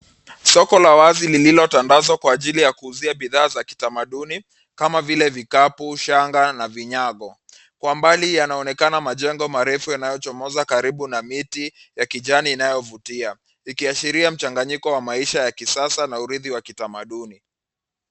Soko la wazi lililo tandazwa kwa ajili ya kuuzia bidhaa za kitamaduni kama vile vikapu, shanga na vinyago. Kwa mbali yanaonekana majengo marefu yanayochomoza karibu na miti ya kijani inayovutia, ikiashiria mchanganyiko wa maisha ya kisasa na urithi wa kitamaduni.